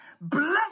Bless